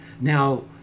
Now